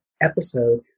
episode